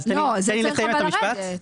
לא, זה צריך לרדת.